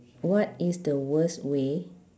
what is the worst way